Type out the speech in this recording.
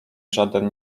żaden